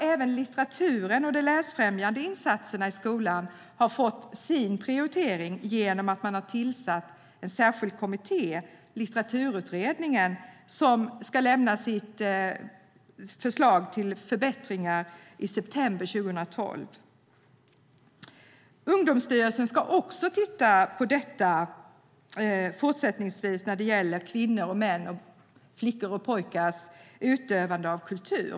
Även litteraturen och de läsfrämjande insatserna i skolan har fått sin prioritering genom att man har tillsatt en särskild kommitté, Litteraturutredningen, som ska lämna sitt förslag till förbättringar i september 2012. Ungdomsstyrelsen ska också fortsättningsvis titta på kvinnors och mäns och flickors och pojkars utövande av kultur.